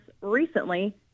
recently